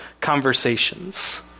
conversations